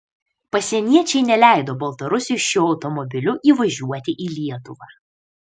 pasieniečiai neleido baltarusiui šiuo automobiliu įvažiuoti į lietuvą